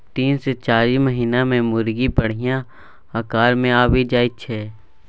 तीन सँ चारि महीना मे मुरगी बढ़िया आकार मे आबि जाइ छै